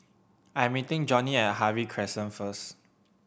I'm meeting Johnnie at Harvey Crescent first